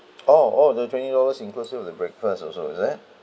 oh oh the twenty dollars inclusive with the breakfast also is that